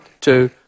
two